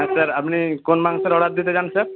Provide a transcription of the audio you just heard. হ্যাঁ স্যার আপনি কোন মাংসের অর্ডার দিতে চান স্যার